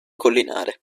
collinare